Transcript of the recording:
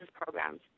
programs